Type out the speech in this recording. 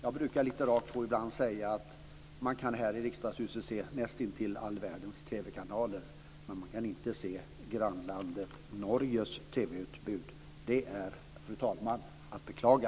Jag brukar ibland lite rakt säga att man här i riksdagshuset kan se näst intill alla TV-kanaler i världen men man inte kan se TV-utbudet från grannlandet Norge. Det är, fru talman, att beklaga.